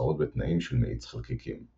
הנוצרות בתנאים של מאיץ חלקיקים.